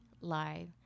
live